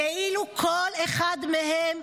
כאילו כל אחד מהם,